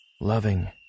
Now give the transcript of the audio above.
loving